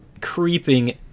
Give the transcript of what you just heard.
creeping